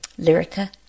Lyrica